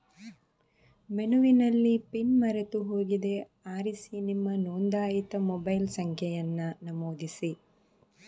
ಮೆನುವಿನಲ್ಲಿ ಪಿನ್ ಮರೆತು ಹೋಗಿದೆ ಆರಿಸಿ ನಿಮ್ಮ ನೋಂದಾಯಿತ ಮೊಬೈಲ್ ಸಂಖ್ಯೆಯನ್ನ ನಮೂದಿಸಿ